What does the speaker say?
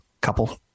couple